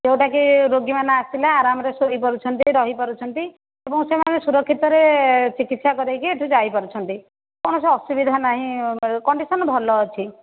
ଯେଉଁଟାକି ରୋଗୀମାନେ ଆସିଲେ ଆରାମରେ ଶୋଇ ପାରୁଛନ୍ତି ରହିପାରୁଛନ୍ତି ଏବଂ ସେମାନେ ସୁରକ୍ଷିତରେ ଚିକିତ୍ସା କରାଇକି ଏଠୁ ଯାଇପାରୁଛନ୍ତି କୌଣସି ଅସୁବିଧା ନାହିଁ କଣ୍ଡିସନ୍ ଭଲ ଅଛି